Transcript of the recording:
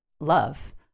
love